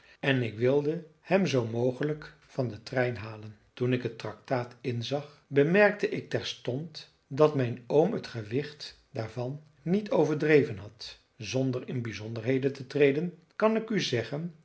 en ik wilde hem zoo mogelijk van den trein halen illustratie neem het tractaat dan en sluit het goed weg toen ik het tractaat inzag bemerkte ik terstond dat mijn oom het gewicht daarvan niet overdreven had zonder in bijzonderheden te treden kan ik u zeggen